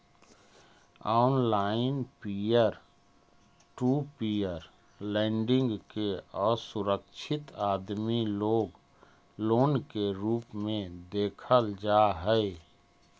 online peer to peer lending के असुरक्षित आदमी लोग लोन के रूप में देखल जा हई